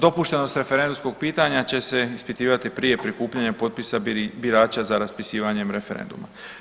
Dopuštenost referendumskog pitanja će se ispitivati prije prikupljanja potpisa birača za raspisivanjem referenduma.